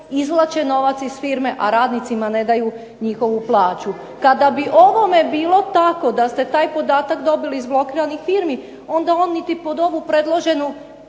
izvlače novac iz firme, a radnicima ne daju njihovu plaću. Kada bi ovome bilo tako, da ste taj podatak dobili iz blokiranih firmi onda on niti pod ovu predloženu